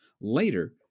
Later